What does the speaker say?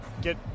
get